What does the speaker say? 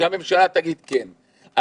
שהממשלה תגיד כן,